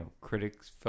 Critics